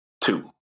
two